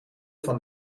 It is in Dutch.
van